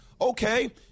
Okay